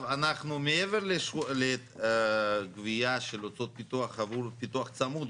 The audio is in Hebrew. מעבר לגבייה של אותו פיתוח עבור פיתוח צמוד,